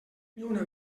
lluna